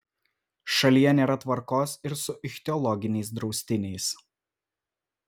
šalyje nėra tvarkos ir su ichtiologiniais draustiniais